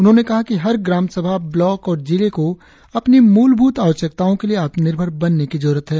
उन्होंने कहा कि हर ग्रामसभा ब्लॉक और जिले को अपनी मूलभूत आवश्यकताओं के लिए आत्मनिर्भर बनने की जरूरत है